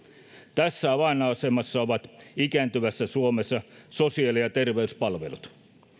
tässä avainasemassa ovat ikääntyvässä suomessa sosiaali ja terveyspalvelut